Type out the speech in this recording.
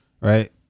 right